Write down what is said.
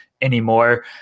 anymore